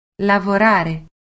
Lavorare